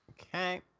Okay